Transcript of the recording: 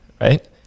right